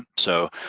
ah so,